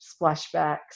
splashbacks